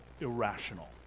irrational